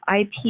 IP